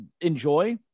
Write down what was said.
enjoy